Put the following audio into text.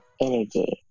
energy